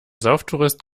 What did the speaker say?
sauftourist